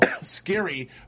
Scary